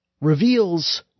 reveals